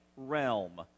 realm